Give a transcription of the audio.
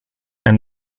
and